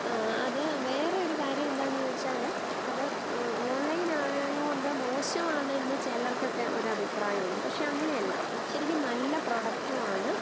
ആ അത് വേറൊരു കാര്യം എന്താന്ന് ചോദിച്ചാൽ അത് ഓൺലൈൻ ആയോണ്ട് മോശമാണ് എന്ന് ചിലർക്കൊക്കെ ഒരു അഭിപ്രായം ഉണ്ട് പക്ഷേ അങ്ങനെയല്ല ശരിക്കും നല്ല പ്രോഡക്റ്റുവാണ്